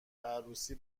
عروسی